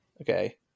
Okay